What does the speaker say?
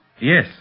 yes